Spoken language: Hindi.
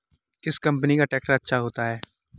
किस कंपनी का ट्रैक्टर अच्छा होता है?